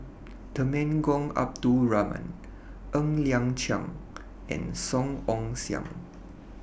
Temenggong Abdul Rahman Ng Liang Chiang and Song Ong Siang